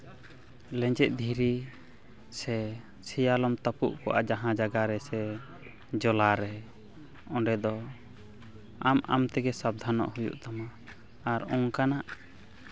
ᱞᱮᱧᱡᱮᱫ ᱫᱷᱤᱨᱤ ᱥᱮ ᱥᱮᱭᱟᱞᱚᱢ ᱛᱟᱹᱯᱩᱜ ᱠᱚᱜᱼᱟ ᱡᱟᱦᱟᱸ ᱡᱟᱭᱜᱟ ᱨᱮ ᱥᱮ ᱡᱚᱞᱟ ᱨᱮ ᱚᱸᱰᱮ ᱫᱚ ᱟᱢ ᱟᱢ ᱛᱮᱜᱮ ᱥᱟᱵ ᱫᱷᱟᱱᱚᱜ ᱦᱩᱭᱩᱜ ᱛᱟᱢᱟ ᱟᱨ ᱚᱱᱠᱟᱱᱟᱜ